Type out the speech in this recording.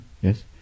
Yes